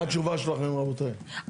מה התשובה שלכם, רבותיי?